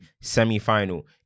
semi-final